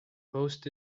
post